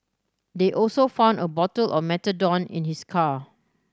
they also found a bottle of methadone in his car